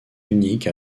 unique